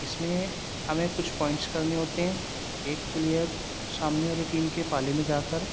اس میں ہمیں کچھ پوائنٹس کرنے ہوتے ہیں ایک پلیئر سامنے والی ٹیم کے پالے میں جا کر